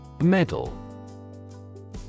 Medal